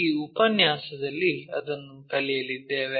ಈ ಉಪನ್ಯಾಸದಲ್ಲಿ ಅದನ್ನು ಕಲಿಯಲಿದ್ದೇವೆ